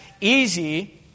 easy